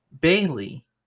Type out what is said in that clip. bailey